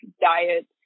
diet